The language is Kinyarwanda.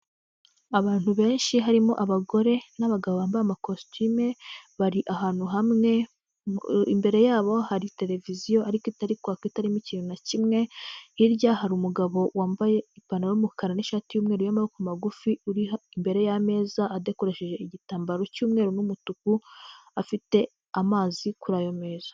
Abantu benshi harimo abagore n'abagabo bambaye amakositime bari ahantu hamwe, imbere yabo hari televiziyo ariko itari kwaka itarimo ikintu na kimwe, hirya hari umugabo wambaye ipantaro y'umukara n'ishati y'umweru y'amaboko magufi uri imbere y'ameza adekoresheje igitambaro cy'umweru n'umutuku afite amazi kuri ayo meza.